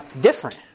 different